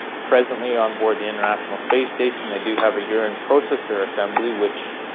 presently on board the international space station they do have a urine processor assembly which,